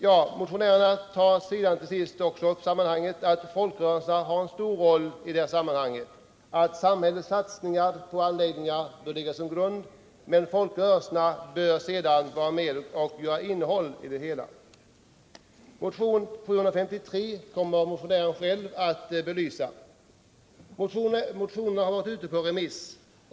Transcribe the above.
Motionärerna tar till sist upp det faktum att folkrörelserna har en stor roll i det här sammanhanget. Samhällets satsningar på anläggningar bör ligga som grund, men folkrörelserna bör vara med och ge innehåll åt det hela. Motionen 753 kommer motionären själv att belysa. Motionerna har varit ut på remiss.